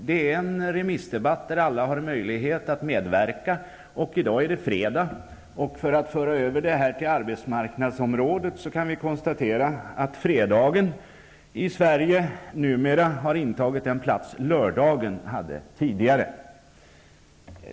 Det är remissdebatt där alla har möjlighet att medverka, och i dag är det fredag. För att föra över detta till arbetsmarknadsområdet kan vi konstatera att fredagen i Sverige numera har intagit den plats lördagen hade tidigare.